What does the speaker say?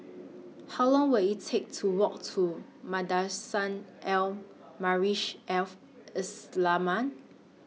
How Long Will IT Take to Walk to Madrasah Al Al Islamiah